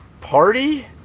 party